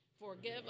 Forgive